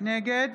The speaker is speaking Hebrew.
נגד